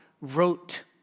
wrote